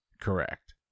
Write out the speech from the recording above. Correct